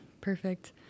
perfect